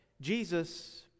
Jesus